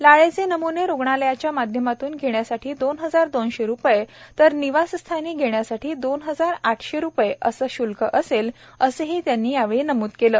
लाळेचे नम्णे रुग्णालयाच्या माध्यमातून घेण्यासाठी दोन हजार दोनशे रुपये तर निवासस्थानी घेण्यासाठी दोन हजार आठशे रुपये असं श्ल्क असेल असंही त्यांनी यावेळी नम्द केलं